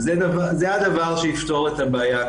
זה הדבר שיפתור את הבעיה,